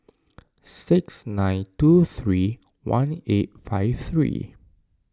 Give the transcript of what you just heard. six nine two three one eight five three